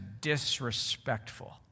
disrespectful